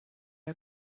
are